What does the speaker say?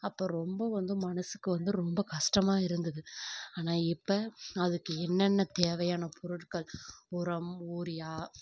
அப்போது ரொம்ப வந்து மனதுக்கு வந்து ரொம்ப கஷ்டமா இருந்தது ஆனால் இப்போ அதுக்கு என்னென்ன தேவையான பொருட்கள் உரம் யூரியா